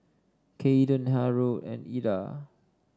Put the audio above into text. Kayden Harold and Eda